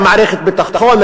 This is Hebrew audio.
מערכת ביטחון,